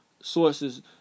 sources